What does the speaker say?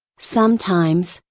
sometimes,